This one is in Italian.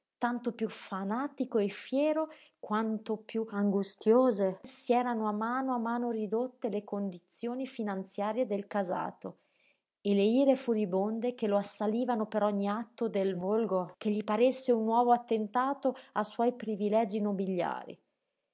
tanto piú fanatico e fiero quanto piú angustiose si erano a mano a mano ridotte le condizioni finanziarie del casato e le ire furibonde che lo assalivano per ogni atto del volgo che gli paresse un nuovo attentato a suoi privilegi nobiliari